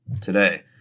today